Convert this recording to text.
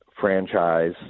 franchise